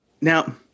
Now –